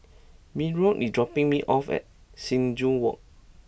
Myron is dropping me off at Sing Joo Walk